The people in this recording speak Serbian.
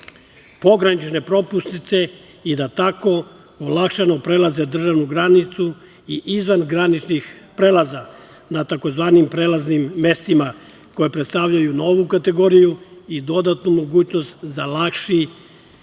pogranične propusnice i da tako olakšano prelaze državnu granicu i izvan graničnih prelaza, na tzv. prelaznim mestima koja predstavljaju novu kategoriju i dodatnu mogućnost za lakši